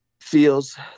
Feels